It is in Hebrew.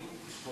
40